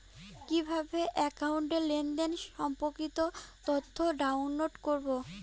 কিভাবে একাউন্টের লেনদেন সম্পর্কিত তথ্য ডাউনলোড করবো?